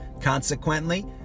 consequently